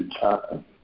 time